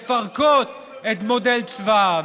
ומפרקות את מודל צבא העם.